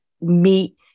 meet